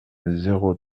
zéro